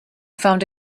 found